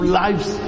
lives